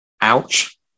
Ouch